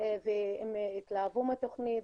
והם התלהבו מהתוכנית,